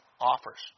offers